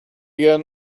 again